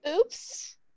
Oops